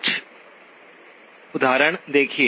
कुछ उदाहरण देखिए